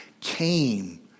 came